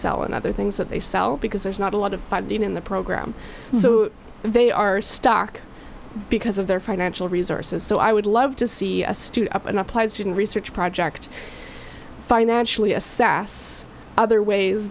sell and other things that they sell because there's not a lot of fighting in the program so they are stuck because of their financial resources so i would love to see a student up in applied student research project financially assess other ways